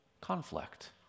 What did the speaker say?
conflict